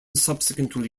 subsequently